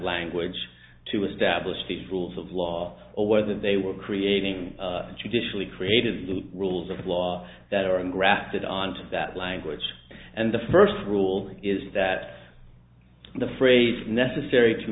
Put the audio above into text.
language to establish the rules of law or whether they were creating judicially created rules of law that are in grafted onto that language and the first rule is that the phrase necessary to